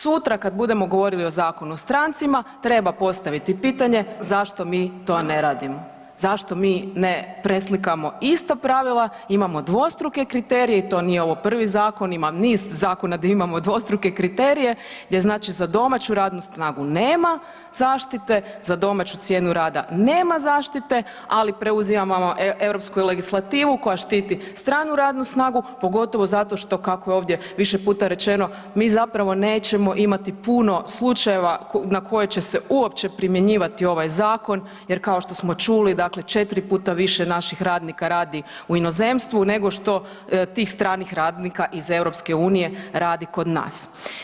Sutra kad budemo govorili o Zakonu o strancima treba postaviti pitanje zašto mi to ne radimo, zašto mi ne preslikamo ista pravila, imamo dvostruke kriterije i to nije ovo prvi zakon, ima niz zakona gdje imamo dvostruke kriterije gdje znači za domaću radnu snagu nema zaštite, za domaću cijenu rada nema zaštite, ali preuzimamo europsku legislativu koja štiti stranu radnu snagu pogotovo zato što kako je ovdje više puta rečeno mi zapravo nećemo imati puno slučajeva na koje će se uopće primjenjivati ovaj zakon jer kao što smo čuli dakle 4 puta više naših radnika radi inozemstvu nego što tih stranih radnika iz EU radi kod nas.